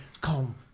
come